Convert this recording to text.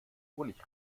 honig